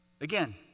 Again